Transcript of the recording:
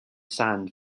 sand